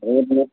रहे दिऔ